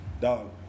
Dog